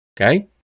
okay